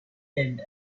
din